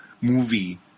movie